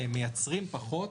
מייצרים פחות,